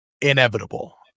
inevitable